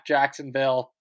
Jacksonville